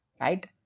right